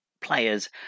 players